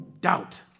Doubt